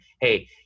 hey